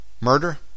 Murder